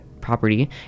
property